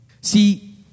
See